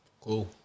Cool